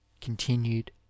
continued